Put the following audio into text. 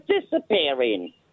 disappearing